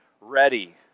ready